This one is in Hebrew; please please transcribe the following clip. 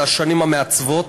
אלה השנים המעצבות.